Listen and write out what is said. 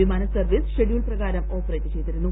വിമ്മാന്റ് service schedule പ്രകാരം operate ചെയ്തിരുന്നു